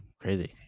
crazy